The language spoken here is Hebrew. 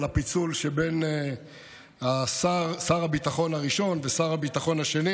על הפיצול שבין שר הביטחון הראשון לשר הביטחון השני.